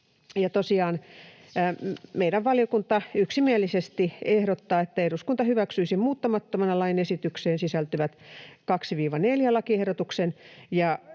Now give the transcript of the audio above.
meidän valiokunta yksimielisesti ehdottaa, että eduskunta hyväksyisi muuttamattomana esitykseen sisältyvät 2.—4. lakiehdotuksen